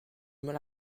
mal